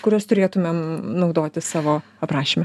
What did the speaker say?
kuriuos turėtumėm naudoti savo aprašyme